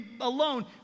alone